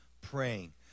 praying